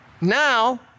Now